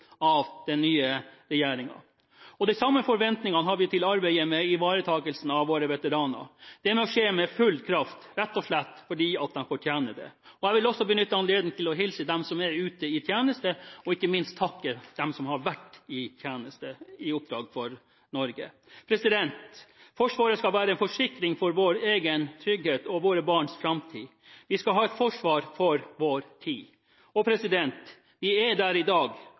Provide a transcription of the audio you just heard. av den nye regjeringen. De samme forventningene har vi til arbeidet med ivaretakelsen av våre veteraner. Det må skje med full kraft, rett og slett fordi de fortjener det. Jeg vil også benytte anledningen til å hilse dem som er ute i tjeneste, og ikke minst takke dem som har vært i tjeneste på oppdrag for Norge. Forsvaret skal være en forsikring for vår egen trygghet og våre barns framtid. Vi skal ha et forsvar for vår tid. Vi er der i dag